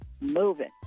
moving